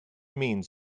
means